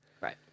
Right